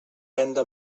venda